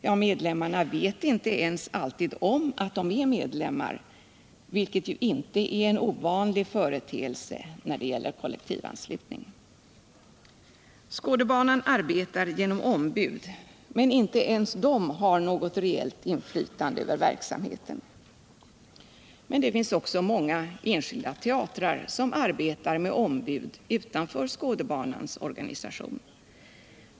Ja, medlemmarna vet inte ens alltid om att de är medlemmar, vilket ju är en inte ovanlig företeelse vid kollektivanslutning. Skådebanan arbetar genom ombud, men inte ens de har något reellt inflytande över verksamheten. Men även många teatrar arbetar med ombud utanför Skådebanans organisation.